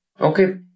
Okay